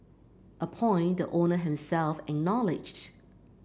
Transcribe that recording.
a point the owner himself acknowledged